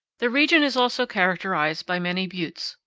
the region is also characterized by many buttes.